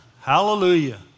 Hallelujah